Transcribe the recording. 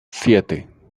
siete